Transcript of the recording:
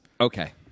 Okay